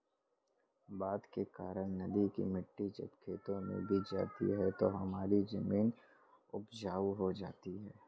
बाढ़ के कारण नदी की मिट्टी जब खेतों में बिछ जाती है तो हमारी जमीन उपजाऊ हो जाती है